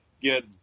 get